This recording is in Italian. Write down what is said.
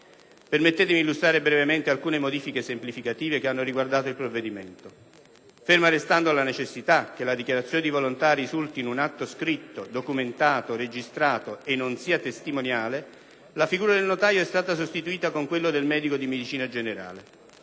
Permettetemi di illustrare brevemente alcune modifiche semplificative che hanno riguardato il provvedimento: ferma restando la necessità che la dichiarazione di volontà risulti in un atto scritto, documentato, registrato e non sia testimoniale, la figura del notaio è stata sostituita con quella del medico di medicina generale.